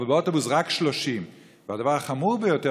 אבל באוטובוס רק 30. הדבר החמור ביותר